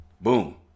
Boom